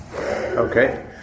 okay